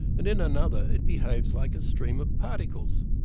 and in another it behaves like a stream of particles.